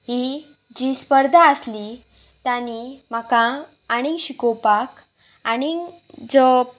ही जी स्पर्धा आसली तणी म्हाका आनीक शिकोवपाक आनीक जो